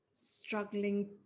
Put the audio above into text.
struggling